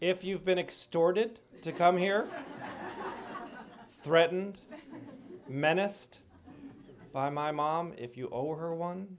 if you've been extorted to come here threatened menaced by my mom if you over one